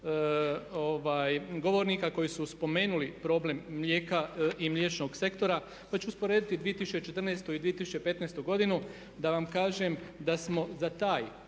govornika koji su spomenuli problem mlijeka i mliječnog sektora pa ću usporediti 2014. i 2015. godinu da vam kažem da smo za taj